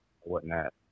whatnot